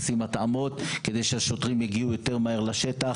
עושים התאמות כדי שהשוטרים יגיעו יותר מהר לשטח.